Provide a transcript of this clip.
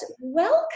welcome